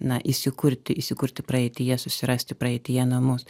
na įsikurti įsikurti praeityje susirasti praeityje namus